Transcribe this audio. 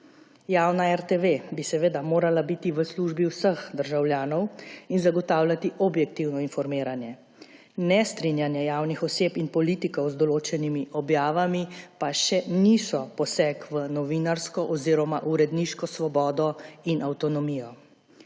Javna RTV bi seveda morala biti v službi vseh državljanov in zagotavljati objektivno informiranje. Nestrinjanje javnih oseb in politikov z določenimi objavami pa še niso poseg v novinarsko oziroma uredniško svobodo in avtonomijo.